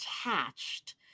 attached